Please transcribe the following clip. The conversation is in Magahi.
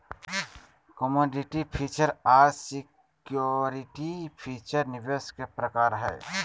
कमोडिटी फीचर आर सिक्योरिटी फीचर निवेश के प्रकार हय